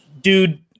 dude